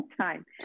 time